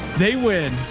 they win.